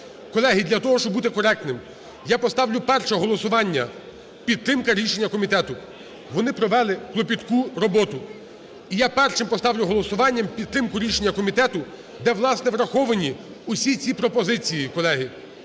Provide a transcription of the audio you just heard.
Колеги, для того, щоби бути коректним, я поставлю перше голосування – підтримка рішення комітету, вони провели кропітку роботу. І я першим поставлю голосуванням підтримку рішення комітету, де, власне, враховані усі ці пропозиції, колеги,